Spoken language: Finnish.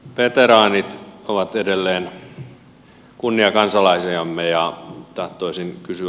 veteraanit ovat edelleen kunniakansalaisiamme ja tahtoisin kysyä